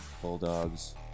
Bulldogs